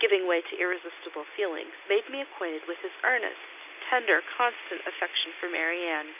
giving way to irresistible feelings, made me acquainted with his earnest, tender, constant, affection for marianne.